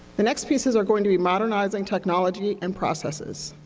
the next pieces are going to be modernizing technology and processes.